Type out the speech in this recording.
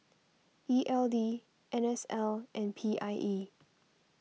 E L D N S L and P I E